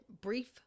brief